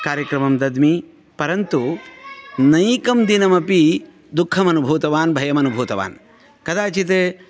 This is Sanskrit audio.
कार्यक्रमं दद्मि परन्तु नैकं दिनमपि दुःखम् अनुभूतवान् भयम् अनुभूतवान् कदाचित्